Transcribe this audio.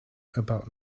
about